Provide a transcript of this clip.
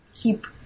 Keep